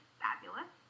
fabulous